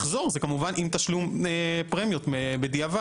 לחזור זה כמובן עם תשלום פרמיות בדיעבד.